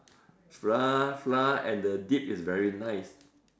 flour flour and the dip is very nice